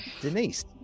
Denise